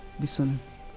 dissonance